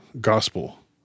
gospel